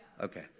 Okay